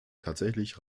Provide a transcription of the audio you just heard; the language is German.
tatsächlich